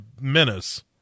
menace